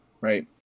Right